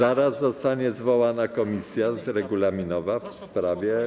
Zaraz zostanie zwołana komisja regulaminowa w sprawie.